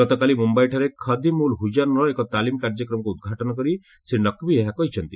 ଗତକାଲି ମୁମ୍ୟାଇଠାରେ ଖଦିମ ଉଲ ହୁଜାନ'ର ଏକ ତାଲିମ କାର୍ଯ୍ୟକ୍ରମକୁ ଉଦ୍ଘାଟନ କରି ଶ୍ରୀ ନକ୍ଭି ଏହା କହିଛନ୍ତି